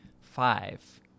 five